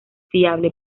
fiable